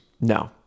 No